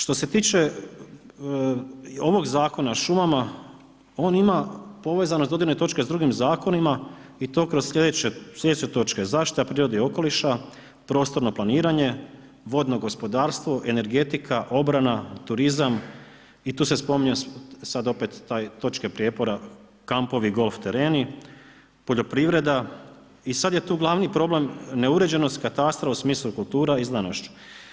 Što se tiče ovog Zakona o šumama, on ima povezane dodirne točke s drugim zakonima i to kroz sljedeće točke, zaštita prirodnih okoliša, prostorno planiranje, vodno gospodarstvo, energetika, obrana, turizam, i tu se spominje sad opet ta točke prijepora, kampovi i golf tereni, poljoprivreda i sad je tu glavni problem neuređenost katastra u smislu kultura i znanošću.